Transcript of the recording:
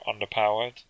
underpowered